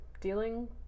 Dealing